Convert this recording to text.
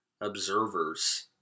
observers